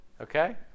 Okay